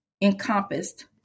encompassed